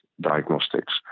diagnostics